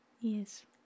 Yes